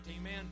Amen